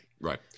Right